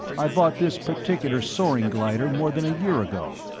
i bought this particular soaring glider more than a year ago,